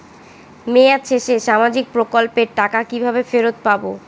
মেয়াদ শেষে সামাজিক প্রকল্পের টাকা কিভাবে ফেরত পাবো?